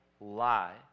lie